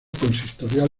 consistorial